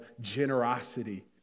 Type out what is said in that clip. generosity